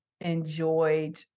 enjoyed